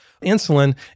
insulin